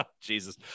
jesus